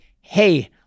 hey